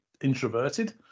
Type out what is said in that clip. introverted